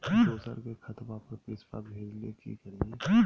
दोसर के खतवा पर पैसवा भेजे ले कि करिए?